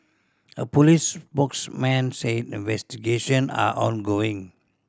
a police spokesman said investigation are ongoing